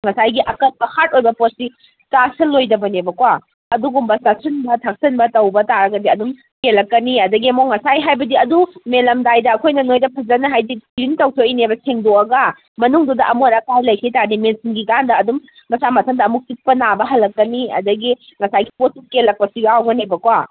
ꯉꯁꯥꯏꯒꯤ ꯑꯀꯟꯕ ꯍꯥꯔꯗ ꯑꯣꯏꯕ ꯄꯣꯠꯁꯤ ꯆꯥꯁꯜꯂꯣꯏꯗꯕꯅꯦꯕꯀꯣ ꯑꯗꯨꯒꯨꯝꯕ ꯆꯥꯁꯤꯟꯕ ꯊꯛꯆꯤꯟꯕ ꯇꯧꯕ ꯇꯥꯔꯒꯗꯤ ꯑꯗꯨꯝ ꯀꯦꯜꯂꯛꯀꯅꯤ ꯑꯗꯒꯤ ꯑꯃꯨꯛ ꯉꯁꯥꯏ ꯍꯥꯏꯕꯗꯤ ꯑꯗꯨ ꯃꯦꯜꯂꯝꯗꯥꯏꯗ ꯑꯩꯈꯣꯏꯅ ꯅꯣꯏꯗ ꯐꯖꯅ ꯍꯥꯏꯗꯤ ꯀ꯭ꯂꯤꯟ ꯇꯧꯊꯣꯛꯂꯤꯅꯦꯕ ꯁꯦꯡꯗꯣꯛꯂꯒ ꯃꯅꯨꯡꯗꯨꯗ ꯑꯃꯣꯠ ꯑꯀꯥꯏ ꯂꯩꯈꯤ ꯇꯥꯔꯗꯤ ꯃꯦꯟꯁꯤꯟꯈꯤ ꯀꯥꯟꯗ ꯑꯗꯨꯝ ꯃꯁꯥ ꯃꯊꯟꯗ ꯑꯃꯨꯛ ꯆꯤꯛꯄ ꯅꯥꯕ ꯍꯜꯂꯛꯀꯅꯤ ꯑꯗꯒꯤ ꯉꯁꯥꯏꯒꯤ ꯄꯣꯠꯇꯨ ꯀꯦꯜꯂꯛꯄꯁꯨ ꯌꯥꯎꯒꯅꯦꯕꯀꯣ